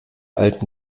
alten